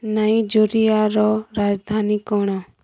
ନାଇଜେରିଆର ରାଜଧାନୀ କଣ